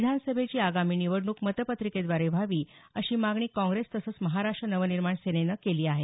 विधानसभेची आगामी निवडणूक मतपत्रिकेद्वारे व्हावी अशी मागणी काँग्रेस तसंच महाराष्ट्र नवनिर्माण सेनेनं केली आहे